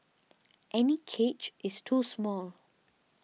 any cage is too small